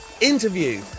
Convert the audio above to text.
interview